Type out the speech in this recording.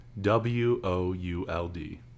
W-O-U-L-D